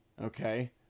okay